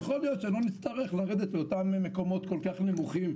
יכול להיות שלא נצטרך לרדת לאותם מקומות כל כך נמוכים.